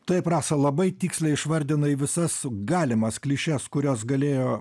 taip rasa labai tiksliai išvardinai visas galimas klišes kurios galėjo